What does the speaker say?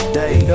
day